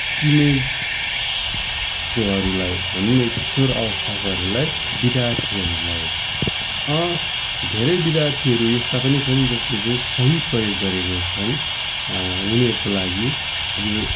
टिनएजकोहरूलाई भनौँ न यो किशोर अवस्थाकोहरूलाई विद्यार्थीहरूलाई धेरै विद्यार्थीहरू यस्ता पनि छन् जसले चहिँ सही प्रयोग गरेका छन् उनीहरूको लागि यो